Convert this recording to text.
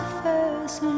first